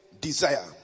desire